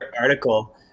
article